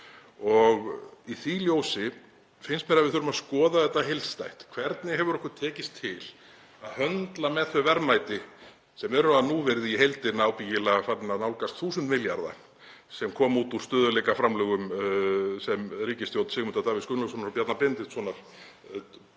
því ljósi finnst mér að við þurfum að skoða þetta heildstætt. Hvernig hefur okkur tekist til að höndla með þau verðmæti sem eru á núvirði í heildina ábyggilega farin að nálgast 1.000 milljarða, sem komu út úr stöðugleikaframlögum sem ríkisstjórn Sigmundar Davíðs Gunnlaugssonar og Bjarna Benediktssonar